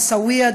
עיסאוויה,